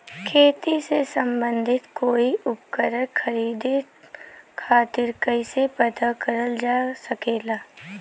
खेती से सम्बन्धित कोई उपकरण खरीदे खातीर कइसे पता करल जा सकेला?